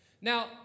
Now